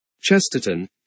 Chesterton